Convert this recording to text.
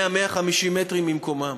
100 150 מטרים ממקומם.